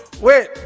wait